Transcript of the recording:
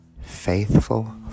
Faithful